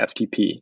FTP